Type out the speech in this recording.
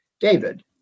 David